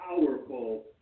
powerful